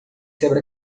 quebra